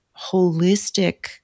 holistic